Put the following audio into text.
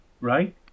Right